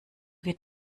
wird